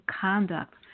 conduct